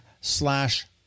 slash